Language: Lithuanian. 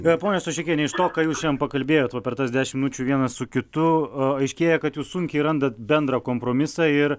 ponia soščekiene iš to ką jūs šiandien pakalbėjot va per tas dešim minučių vienas su kitu aiškėja kad jūs sunkiai randat bendrą kompromisą ir